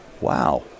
Wow